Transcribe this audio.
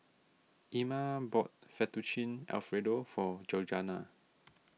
Ima bought Fettuccine Alfredo for Georganna